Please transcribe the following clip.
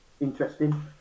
interesting